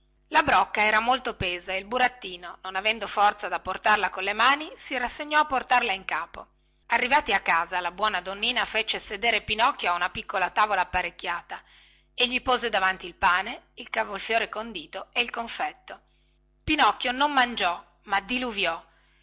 la brocca era molto pesa e il burattino non avendo forza da portarla colle mani si rassegnò a portarla in capo arrivati a casa la buona donnina fece sedere pinocchio a una piccola tavola apparecchiata e gli pose davanti il pane il cavolfiore condito e il confetto pinocchio non mangiò ma diluviò